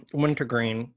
wintergreen